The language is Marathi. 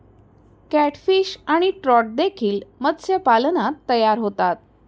कॅटफिश आणि ट्रॉट देखील मत्स्यपालनात तयार होतात